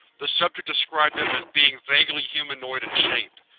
the subject described them as being vaguely humanoid in shape.